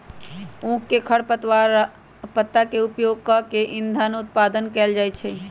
उख के खर आ पत्ता के उपयोग कऽ के इन्धन उत्पादन कएल जाइ छै